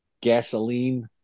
gasoline